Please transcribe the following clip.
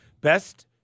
Best